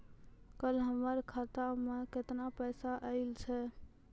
कल हमर खाता मैं केतना पैसा आइल छै?